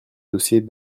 dossier